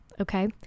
okay